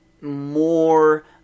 more